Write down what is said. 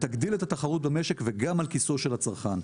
ותגדיל את התחרות במשק וגם על כיסו של הצרכן.